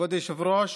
כבוד היושב-ראש,